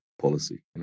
policy